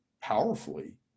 powerfully